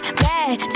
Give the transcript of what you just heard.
bad